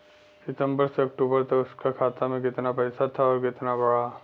सितंबर से अक्टूबर तक उसका खाता में कीतना पेसा था और कीतना बड़ा?